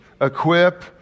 equip